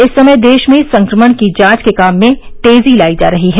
इस समय देश में संक्रमण की जांच के काम में तेजी लाई जा रही है